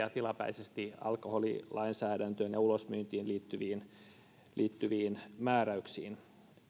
ja tilapäisesti tehdä poikkeuksia alkoholilainsäädäntöön ja ulosmyyntiin liittyviin liittyviin määräyksiin